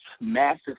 massive